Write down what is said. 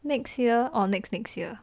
next year or next next year